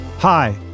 Hi